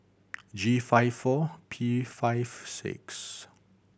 G five four P five six